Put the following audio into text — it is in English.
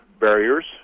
barriers